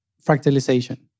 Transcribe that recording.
fractalization